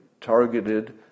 targeted